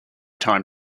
time